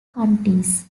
counties